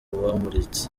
bamuritse